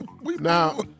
Now